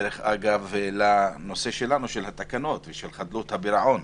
דרך אגב, לנושא שלנו של התקנות ושל חדלות הפירעון.